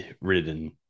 ridden